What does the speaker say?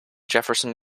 jefferson